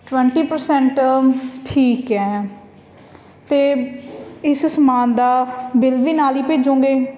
twenty percent ਠੀਕ ਹੈ ਅਤੇ ਇਸ ਸਮਾਨ ਦਾ ਬਿੱਲ ਵੀ ਨਾਲ ਹੀ ਭੇਜੋਂਗੇ